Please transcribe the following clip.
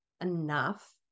enough